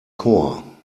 chor